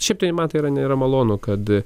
šitai ir man tai yra nėra malonu kad